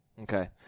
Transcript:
Okay